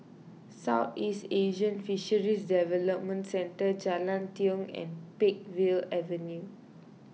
Southeast Asian Fisheries Development Centre Jalan Tiong and Peakville Avenue